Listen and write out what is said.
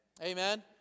Amen